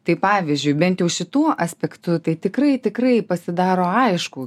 tai pavyzdžiui bent jau šituo aspektu tai tikrai tikrai pasidaro aišku